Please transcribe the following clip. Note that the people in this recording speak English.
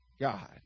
God